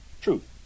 truth